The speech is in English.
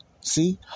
See